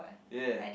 ya